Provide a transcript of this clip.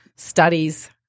Studies